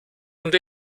und